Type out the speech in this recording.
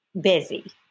busy